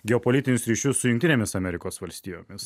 geopolitinius ryšius su jungtinėmis amerikos valstijomis